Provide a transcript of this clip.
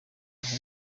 aho